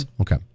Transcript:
Okay